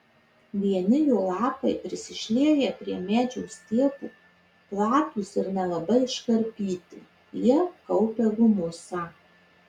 vieni jo lapai prisišlieję prie medžio stiebo platūs ir nelabai iškarpyti jie kaupia humusą